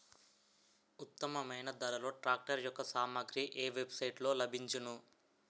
ఉత్తమమైన ధరలో ట్రాక్టర్ యెక్క సామాగ్రి ఏ వెబ్ సైట్ లో లభించును?